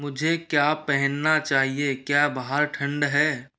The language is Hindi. मुझे क्या पहनना चाहिए क्या बाहर ठंड है